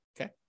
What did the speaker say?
okay